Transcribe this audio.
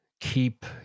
keep